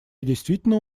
действительно